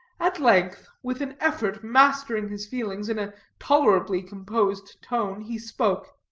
at length, with an effort mastering his feelings, in a tolerably composed tone he spoke